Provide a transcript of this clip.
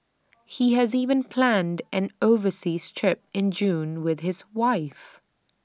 he has even planned an overseas trip in June with his wife